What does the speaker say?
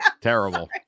terrible